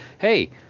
Hey